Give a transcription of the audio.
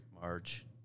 March